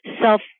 self